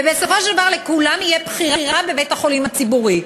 ובסופו של דבר לכולם תהיה בחירה בבית-החולים הציבורי.